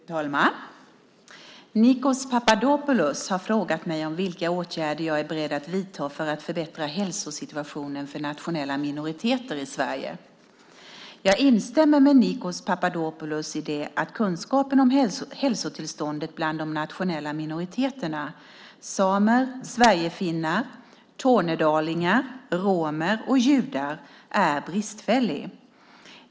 Fru talman! Nikos Papadopoulos har frågat mig om vilka åtgärder jag är beredd att vidta för att förbättra hälsosituationen för nationella minoriteter i Sverige. Jag instämmer med Nikos Papadopoulos att kunskapen om hälsotillståndet bland de nationella minoriteterna - samer, sverigefinnar, tornedalingar, romer och judar - är bristfällig.